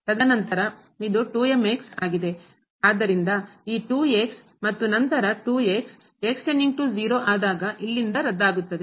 ಆದ್ದರಿಂದ ಈ ಮತ್ತು ನಂತರ ಆದಾಗ ಇಲ್ಲಿಂದ ರದ್ದಾಗುತ್ತದೆ